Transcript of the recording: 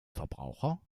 verbraucher